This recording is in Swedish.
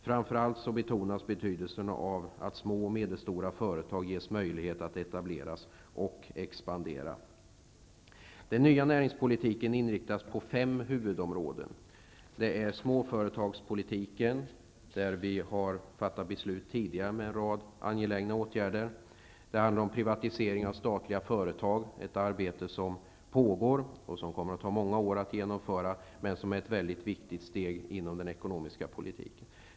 Framför allt betonas betydelsen av att det ges möjlighet att etablera och expandera små och medelstora företag. Den nya näringspolitiken inriktas på fem huvudområden. Det är småföretagspolitiken, där vi tidigare har fattat beslut om en rad angelägna åtgärder. Det handlar om privatisering av statliga företag, ett arbete som pågår och som kommer att ta många år att genomföra, vilket är ett mycket viktigt steg inom den ekonomiska politiken.